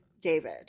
David